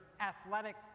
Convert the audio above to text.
athletic